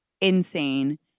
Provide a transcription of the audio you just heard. insane